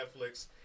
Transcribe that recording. Netflix